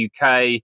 UK